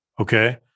Okay